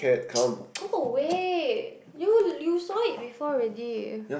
go away you you saw it before already